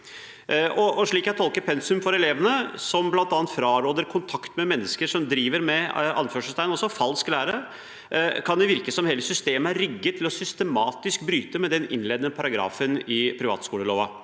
Slik jeg tolker pensum for elevene, der man bl.a. fraråder kontakt med mennesker som driver med «falsk lære», kan det virke som om hele systemet er rigget til systematisk å bryte med den innledende paragrafen i privatskoleloven.